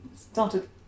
started